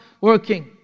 working